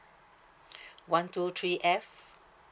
one two three F